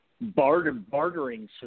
bartering